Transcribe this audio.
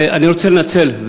ואני רוצה לנצל,